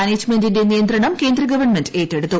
മാനേജ്മെന്റിന്റെ നിയന്ത്രണം കേന്ദ്ര ഗവൺമെന്റ് ഏറ്റെടുത്തു